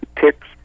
ticks